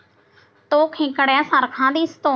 तो खेकड्या सारखा दिसतो